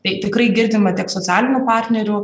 tai tikrai girdime tiek socialinių partnerių